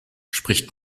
spricht